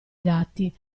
dati